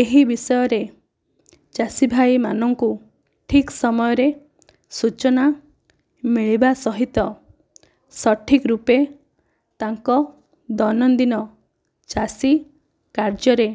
ଏହି ବିଷୟରେ ଚାଷୀ ଭାଇ ମାନଙ୍କୁ ଠିକ୍ ସମୟରେ ସୂଚନା ମିଳିବା ସହିତ ସଠିକ ରୂପେ ତାଙ୍କ ଦୈନନ୍ଦିନ ଚାଷୀ କାର୍ଯ୍ୟରେ